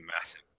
massive